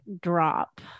drop